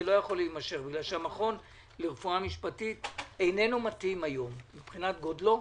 זה לא יכול להימשך בגלל שהמכון לרפואה משפטית מבחינת גודלו